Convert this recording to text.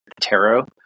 tarot